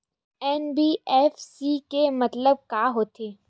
NBFC के मतलब का होथे?